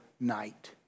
night